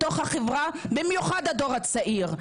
במיוחד הדור הצעיר,